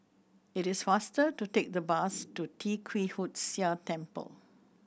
it is faster to take the bus to Tee Kwee Hood Sia Temple